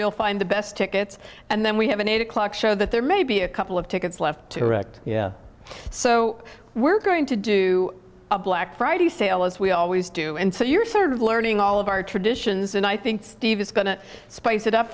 you'll find the best tickets and then we have an eight o'clock show that there may be a couple of tickets left to record yeah so we're going to do a black friday sale as we always do and so you're sort of learning all of our traditions and i think steve is going to spice it up